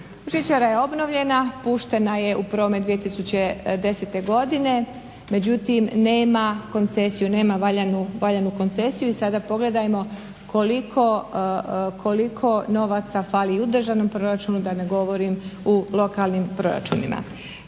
Žičara je obnovljena, puštena je u promet 2010. godine, međutim nema koncesiju, nema valjanu koncesiju i sada pogledajmo koliko novaca fali u državnom proračunu da ne govorim u lokalnim proračunima.